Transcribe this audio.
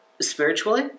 spiritually